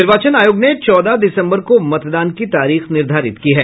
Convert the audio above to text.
निर्वाचन आयोग ने चौदह दिसम्बर को मतदान की तारीख निर्धारित की है